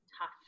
tough